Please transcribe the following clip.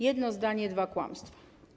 Jedno zdanie, dwa kłamstwa.